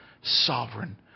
sovereign